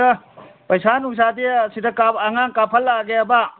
ꯑꯗ ꯄꯩꯁꯥ ꯅꯨꯡꯁꯥꯗꯤ ꯁꯤꯗ ꯑꯉꯥꯡ ꯀꯥꯐꯜꯂꯛꯑꯒꯦꯕ